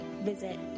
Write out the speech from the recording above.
visit